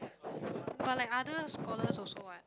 but like other scholars also what